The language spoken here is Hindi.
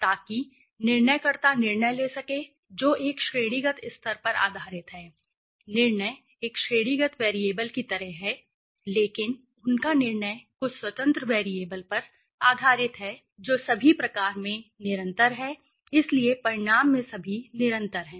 ताकि निर्णयकर्ता निर्णय ले सके जो एक श्रेणीगत स्तर पर आधारित है निर्णय एक श्रेणीगत वेरिएबल की तरह है लेकिन उनका निर्णय कुछ स्वतंत्र वेरिएबल पर आधारित है जो सभी प्रकृति में निरंतर हैं इसलिए परिणाम में सभी निरंतर हैं